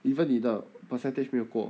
even 你的 percentage 没有过